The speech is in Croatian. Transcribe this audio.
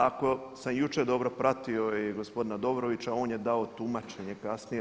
Ako sam jučer dobro pratio i gospodina Dobrovića on je dao tumačenje kasnije.